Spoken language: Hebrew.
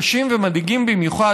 קשים ומדאיגים במיוחד,